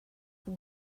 will